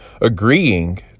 agreeing